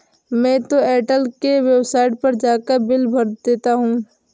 मैं तो एयरटेल के वेबसाइट पर जाकर बिल भर देता हूं